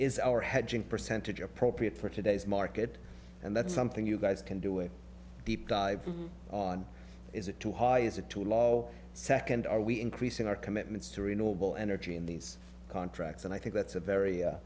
is our hedging percentage appropriate for today's market and that's something you guys can do a deep dive on is it too high is it too low second are we increasing our commitments to renewable energy in these contracts and i think that's a very